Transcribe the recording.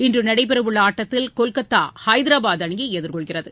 இன்று நடைபெறவுள்ள ஆட்டத்தில் கொல்கத்தா ஐதராபாத் அணியை எதிர்கொள்கிறது